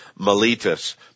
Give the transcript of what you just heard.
Miletus